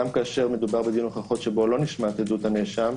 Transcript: גם כאשר מדובר בדיון הוכחות שבו לא נשמעת עדות הנאשם,